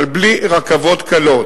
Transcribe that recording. אבל בלי רכבות קלות,